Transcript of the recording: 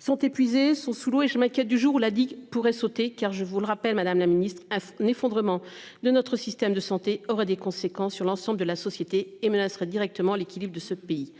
sont épuisés sont sous l'eau et je m'inquiète du jour où la digue pourrait sauter car je vous le rappelle Madame la ministre à l'effondrement de notre système de santé, aura des conséquences sur l'ensemble de la société et menacerait directement l'équilibre de ce pays.